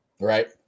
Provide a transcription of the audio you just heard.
Right